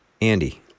Andy